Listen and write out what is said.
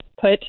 put